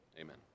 amen